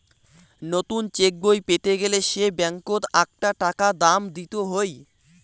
নতুন চেকবই পেতে গেলে সে ব্যাঙ্কত আকটা টাকা দাম দিত হই